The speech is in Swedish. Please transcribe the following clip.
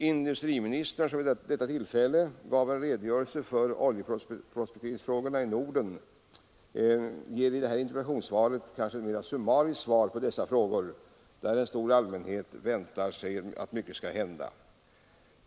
Industriministern, som vid detta tillfälle lämnade en redogörelse för oljeprospekteringsfrågorna i Norden, ger i dagens interpellationssvar kanske ett mera summariskt besked när det gäller detta område, där en stor allmänhet väntar sig att mycket skall hända.